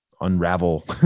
unravel